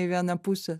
į vieną pusę